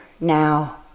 now